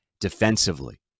defensively